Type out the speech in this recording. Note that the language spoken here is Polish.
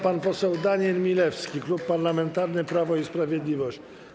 Pan poseł Daniel Milewski, Klub Parlamentarny Prawo i Sprawiedliwość.